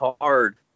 hard